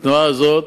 אל תגזים.